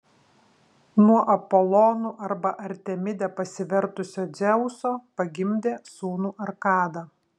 nuo apolonu arba artemide pasivertusio dzeuso pagimdė sūnų arkadą